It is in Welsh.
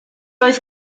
oedd